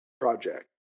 project